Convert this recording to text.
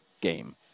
game